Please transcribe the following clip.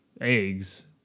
eggs